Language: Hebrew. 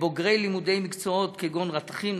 לבוגרי לימודי מקצועות כגון רתכים,